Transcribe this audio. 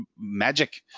magic